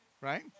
right